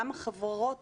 גם החברות